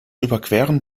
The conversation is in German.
überqueren